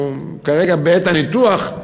הוא כרגע בעת הניתוח,